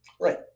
Right